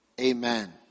Amen